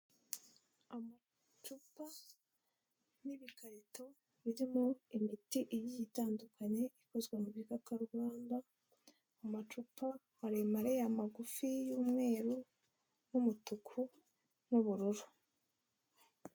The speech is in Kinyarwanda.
Amacupa n'ibikarito birimo imiti igiye itandukanye ikozwe mu gikakarubamba. Amacupa maremare, amagufi y'umweru n'umutuku, n'ubururu.